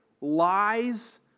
lies